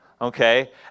okay